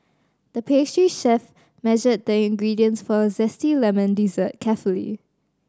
the pastry chef measured the ingredients for a zesty lemon dessert carefully